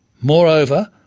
moreover,